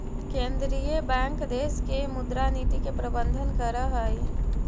केंद्रीय बैंक देश के मुद्रा नीति के प्रबंधन करऽ हइ